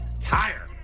tire